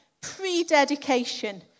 pre-dedication